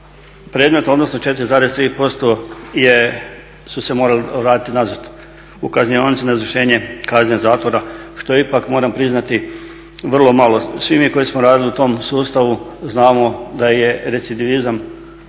predmeta, odnosno 4,3% su se morali vratiti nazad u kaznionicu na izvršenje kazne zakona što je ipak moram priznati vrlo malo. Svi mi koji smo radili u tom sustavu znamo da je recidivizam